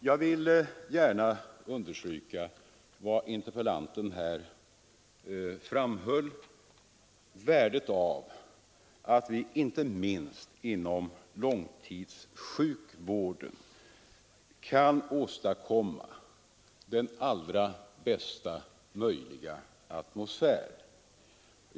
Jag vill gärna understryka vad interpellanten framhöll om värdet av att vi inte minst inom långtidssjukvården kan åstadkomma bästa möjliga miljö.